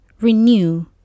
renew